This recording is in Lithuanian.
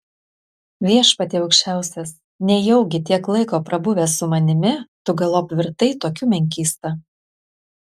viešpatie aukščiausias nejaugi tiek laiko prabuvęs su manimi tu galop virtai tokiu menkysta